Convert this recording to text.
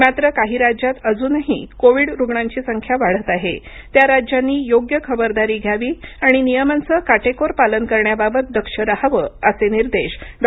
मात्र काही राज्यात अजूनही कोविड रुग्णांची संख्या वाढत आहे त्या राज्यांनी योग्य खबरदारी घ्यावी आणि नियमांचं काटेकोर पालन करण्याबाबत दक्ष राहावं असे निर्देश डॉ